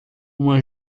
uma